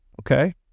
okay